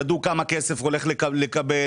ידעו כמה כסף הולכים לקבל,